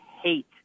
hate